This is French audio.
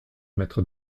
mettre